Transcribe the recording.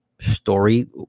story